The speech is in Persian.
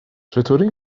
چطوری